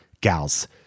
gals